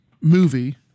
movie